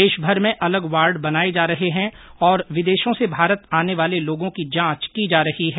देशभर में अलग वार्ड बनाए जा रहे हैं और विदेशों से भारत आने वाले लोगों की जांच की जा रही है